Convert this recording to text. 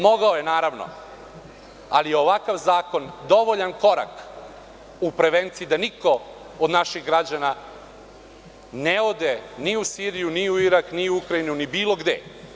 Mogao je, naravno, ali ovakav zakon je dovoljan korak u prevenciji da niko od naših građana ne ode ni u Siriju, ni u Irak, ni u Ukrajinu, ni bilo gde.